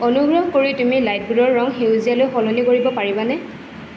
অনুগ্ৰহ কৰি তুুমি লাইটবোৰৰ ৰং সেউজীয়ালৈ সলনি কৰিব পাৰিবানে